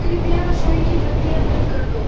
कृपया रसोई की बत्तियाँ बंद कर दो